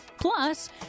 plus